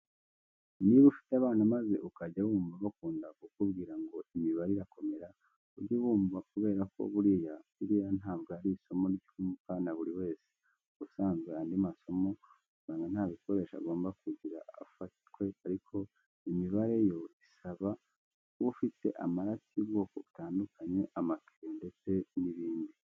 Niba ufite abana maze ukajya wumva bakunda kukubwira ngo imibare irakomera ujye ubumva kubera ko buriya ririya ntabwo ari isomo ryumvwa na buri wese. Ubusanzwe andi masomo usanga nta bikoresho agombera kugira afatwe ariko imibare yo isaba kuba ufite amarati y'ubwoko butandukanye, amakereyo ndetse n'ibindi.